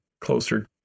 closer